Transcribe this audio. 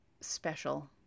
special